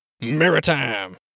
maritime